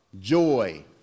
joy